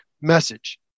message